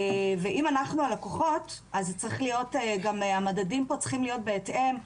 ואם אנחנו הלקוחות, המדדים צריכים להיות בהתאם,